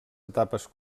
etapes